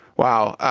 wow.